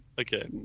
Okay